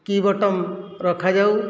କି' ବଟମ ରଖାଯାଉ